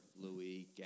Louis